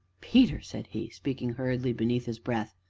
peter, said he, speaking hurriedly beneath his breath,